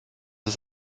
ist